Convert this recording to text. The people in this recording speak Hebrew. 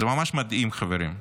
זה ממש מדהים, חברים.